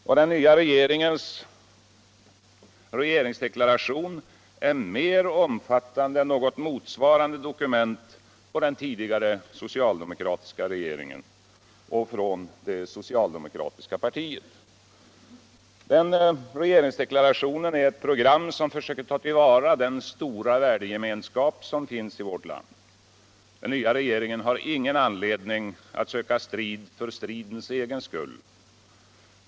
Och vår regeringsdeklaration är mer omfattande än något motsvarande dokument från den tidigare socialdemokratiska regeringen och från det socialdemokratiska partiet. Regeringsdeklarationen är ett program som försöker ta till vara den stora värdegemenskap som finns i vårt land. Den nya regeringen har ingen anledning att söka strid för stridens egen skull.